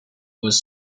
was